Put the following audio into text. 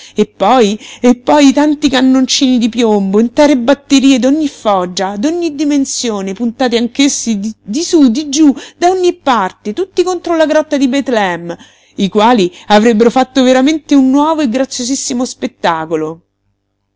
e poi e poi tanti cannoncini di piombo intere batterie d'ogni foggia d'ogni dimensione puntati anch'essi di sú di giú da ogni parte tutti contro la grotta di bethlehem i quali avrebbero fatto veramente un nuovo e graziosissimo spettacolo